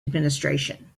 administration